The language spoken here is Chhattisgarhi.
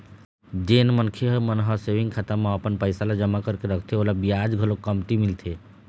जेन मनखे मन ह सेविंग खाता म अपन पइसा ल जमा करके रखथे ओला बियाज घलोक कमती मिलथे